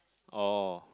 oh